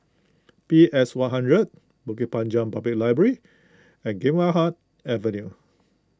PS one hundred Bukit Panjang Public Library and Gymkhana Avenue